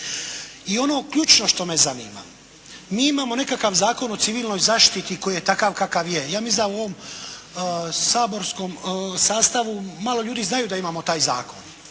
I ono ključno što me zanima, mi imamo nekakav Zakon o civilnoj zaštiti koji je takav kakav je. Ja mislim da u ovom saborskom sastavu malo ljudi znaju da imamo taj zakon.